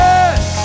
Yes